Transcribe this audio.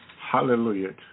Hallelujah